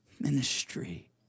ministry